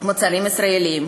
על מוצרים ישראליים.